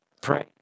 pray